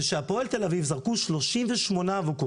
כשהפועל תל אביב זרקו 38 אבוקות